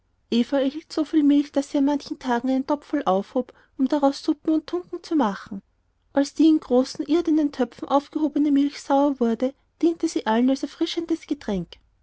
erhielt so viel milch daß sie an manchem tag einen topf voll aufhob um daraus suppen und tunken zu machen als die in großen irdenen töpfen aufgehobene milch sauer wurde diente sie allen als erfrischendes getränk